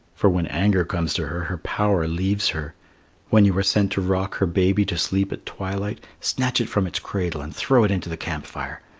for when anger comes to her, her power leaves her when you are sent to rock her baby to sleep at twilight, snatch it from its cradle and throw it into the camp-fire.